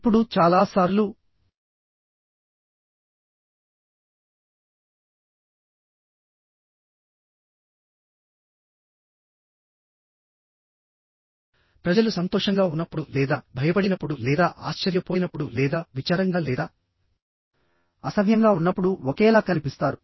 ఇప్పుడు చాలా సార్లు ప్రజలు సంతోషంగా ఉన్నప్పుడు లేదా భయపడినప్పుడు లేదా ఆశ్చర్యపోయినప్పుడు లేదా విచారంగా లేదా అసహ్యంగా ఉన్నప్పుడు ఒకేలా కనిపిస్తారు